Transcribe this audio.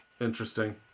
Interesting